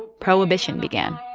prohibition began,